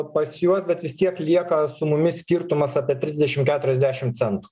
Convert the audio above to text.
pas juos bet vis tiek lieka su mumis skirtumas apie trisdešim keturiasdešim centų